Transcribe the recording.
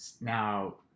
now